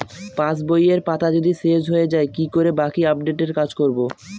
পাসবইয়ের পাতা যদি শেষ হয়ে য়ায় কি করে বাকী আপডেটের কাজ করব?